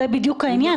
זה בדיוק העניין.